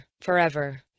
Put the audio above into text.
forever